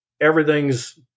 everything's